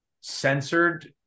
censored